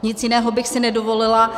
Nic jiného bych si nedovolila.